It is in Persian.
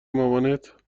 مامانت